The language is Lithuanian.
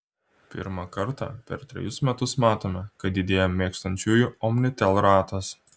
pirmą kartą per trejus metus matome kad didėja mėgstančiųjų omnitel ratas